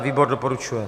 Výbor doporučuje.